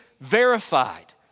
verified